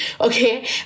okay